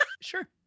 Sure